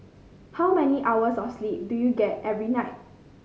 how many hours of sleep do you get every night